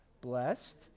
blessed